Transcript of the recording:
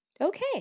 Okay